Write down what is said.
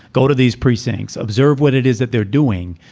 go to these precincts, observe what it is that they're doing.